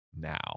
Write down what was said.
now